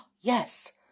Yes